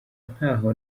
ntaho